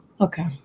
Okay